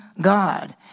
God